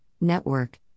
network